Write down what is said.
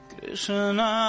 Krishna